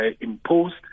imposed